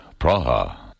Praha